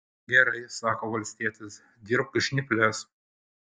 gerai sako valstietis dirbk žnyples